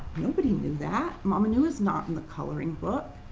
nobody knew that, mamanua is not in the coloring book.